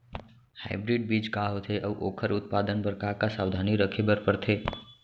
Hybrid बीज का होथे अऊ ओखर उत्पादन बर का का सावधानी रखे बर परथे?